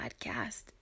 podcast